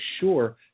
sure